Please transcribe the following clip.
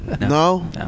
No